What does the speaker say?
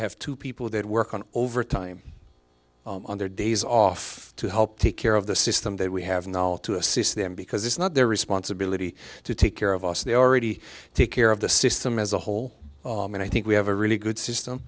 have two people that work on overtime on their days off to help take care of the system that we have knowledge to assist them because it's not their responsibility to take care of us they already take care of the system as a whole and i think we have a really good system